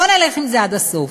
בוא נלך עם זה עד הסוף.